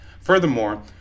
Furthermore